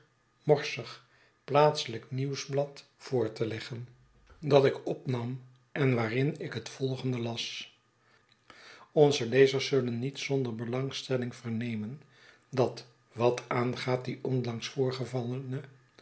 morsig plaatselijk nieuwsblad voor te leggen dat ik opnam en waarin ik het volgende las onze lezers zullen niet zonder belangstelling vernemen dat wat aangaat die onlangs voorgevallene